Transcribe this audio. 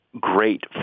great